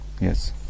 yes